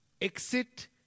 exit